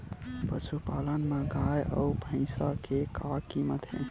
पशुपालन मा गाय अउ भंइसा के का कीमत हे?